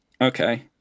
Okay